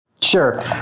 Sure